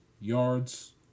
yards